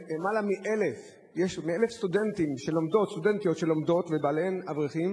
יש למעלה מ-1,000 סטודנטיות שלומדות ובעליהן אברכים,